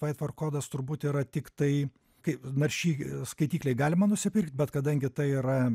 tvaiford kodas turbūt yra tiktai kai naršyk skaityklėj galima nusipirkt bet kadangi tai yra